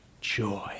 joy